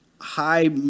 high